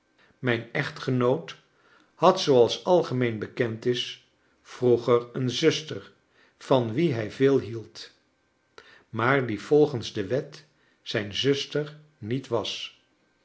mijn echtgenoot had zooals algemeen bekend is vroeger een zuster van wie hij veel hield maar die volgens de wet zijn zuster niet was